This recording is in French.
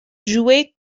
joués